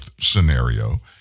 scenario